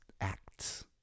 acts